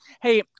Hey